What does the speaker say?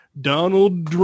Donald